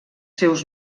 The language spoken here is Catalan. seus